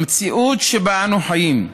במציאות שבה אנחנו חיים,